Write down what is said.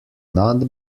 not